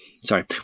sorry